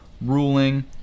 ruling